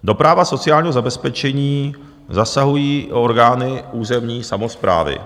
Do práva sociálního zabezpečení zasahují i orgány územní samosprávy.